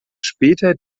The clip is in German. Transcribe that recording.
später